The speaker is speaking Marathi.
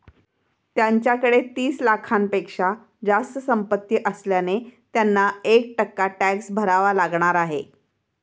त्यांच्याकडे तीस लाखांपेक्षा जास्त संपत्ती असल्याने त्यांना एक टक्का टॅक्स भरावा लागणार आहे